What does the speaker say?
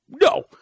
no